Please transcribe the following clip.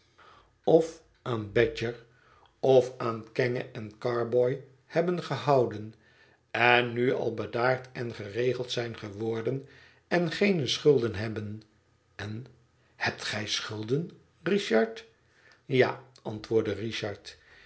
of aan badger of aan kenge en carboy hebben gehouden en nu al bedaard en geregeld zijn geworden en goene schulden hebben en hebt gij schulden richard ja antwoordde richard